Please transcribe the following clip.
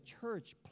church